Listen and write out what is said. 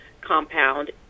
compound